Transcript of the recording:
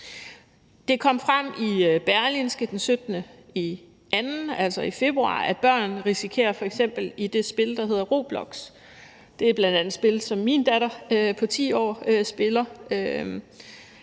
Det kom frem i Berlingske den 17. februar, at f.eks. i det spil, der hedder »Roblox« – det er bl.a. et spil, som min datter på 10 år spiller